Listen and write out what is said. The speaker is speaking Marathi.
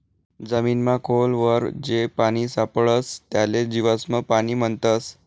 जमीनमा खोल वर जे पानी सापडस त्याले जीवाश्म पाणी म्हणतस